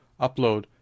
upload